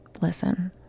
listen